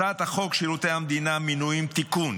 הצעת חוק שירותי המדינה (מינויים) (תיקון,